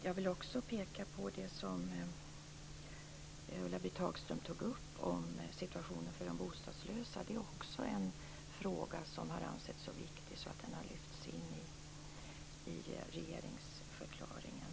Jag vill också peka på det som Ulla-Britt Hagström tog upp om situationen för de bostadslösa. Detta är också en fråga som har ansetts så viktig att den har lyfts in i regeringsförklaringen.